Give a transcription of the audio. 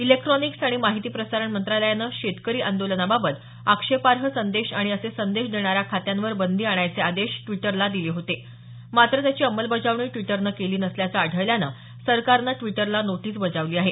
electronics आणि माहिती प्रसारण मंत्रालयानं शेतकरी आंदोलनाबाबत आक्षेपार्ह संदेश आणि असे संदेश देणाऱ्या खात्यांवर बंदी आणणायचे आदेश द्विटरला दिले होते मात्र त्याची अंमलबजावणी द्विटरनं केली नसल्याच आढळल्यान सरकारन द्विटरला नोटीस बजावली आहे